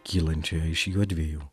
kylančioje iš jųdviejų